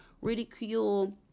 ridicule